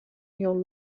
your